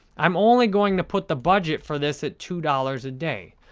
i'm only going to put the budget for this at two dollars a day.